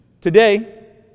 Today